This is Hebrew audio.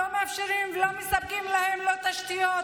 לא מאפשרים, לא מספקים להם לא תשתיות,